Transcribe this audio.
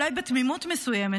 אולי בתמימות מסוימת,